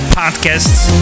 podcasts